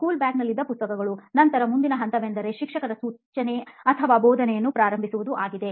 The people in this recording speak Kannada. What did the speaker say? ಸ್ಕೂಲ್ ಬ್ಯಾಗ್ ನಲ್ಲಿದ್ದ ಪುಸ್ತಕಗಳು ನಂತರ ಮುಂದಿನ ಹಂತವೆಂದರೆ ಶಿಕ್ಷಕರ ಸೂಚನೆ ಅಥವಾ ಬೋಧನೆಯನ್ನು ಪ್ರಾರಂಭಿಸುವುದು ಆಗಿದೆ